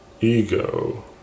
ego